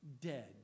dead